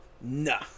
No